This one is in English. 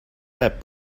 that